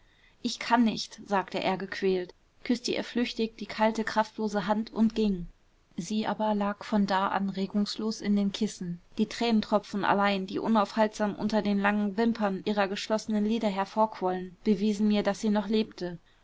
ich kann nicht sagte er gequält küßte ihr flüchtig die kalte kraftlose hand und ging sie aber lag von da an regungslos in den kissen die tränentropfen allein die unaufhaltsam unter den langen wimpern ihrer geschlossenen lider hervorquollen bewiesen mir daß sie noch lebte